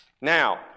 Now